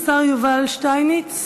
השר יובל שטייניץ?